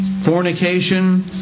fornication